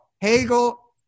Hegel